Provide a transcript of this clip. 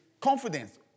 confidence